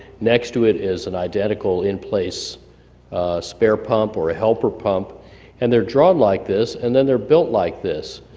next to it is an identical in place spare pump, or a helper pump and they're drawn like this, and then they're built like this,